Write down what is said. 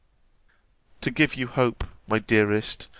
to give you hope, my dearest,